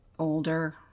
older